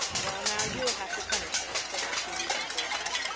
well now, you'll have to punish her, said matthew, reaching for his hat.